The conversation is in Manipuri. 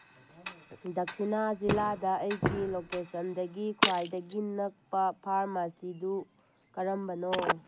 ꯗꯛꯁꯤꯅꯥ ꯖꯤꯂꯥꯗ ꯑꯩꯒꯤ ꯂꯣꯀꯦꯁꯟꯗꯒꯤ ꯈ꯭ꯋꯥꯏꯗꯒꯤ ꯅꯛꯄ ꯐꯥꯔꯃꯥꯁꯤꯗꯨ ꯀꯔꯝꯕꯅꯣ